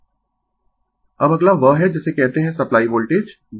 Refer Slide Time 1245 अब अगला वह है जिसे कहते है सप्लाई वोल्टेज V